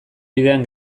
bidean